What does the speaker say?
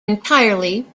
entirely